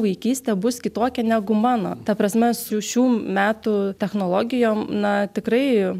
vaikystė bus kitokia negu mano ta prasme su šių metų technologijom na tikrai